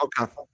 Okay